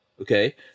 Okay